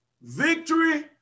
Victory